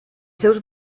seus